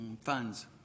funds